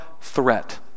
threat